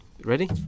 Ready